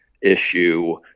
issue